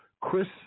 Chris